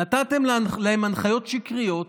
נתתם להם הנחיות שקריות,